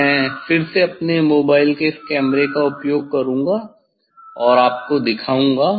मैं फिर से अपने मोबाइल के इस कैमरे का उपयोग करूंगा और आपको दिखाऊंगा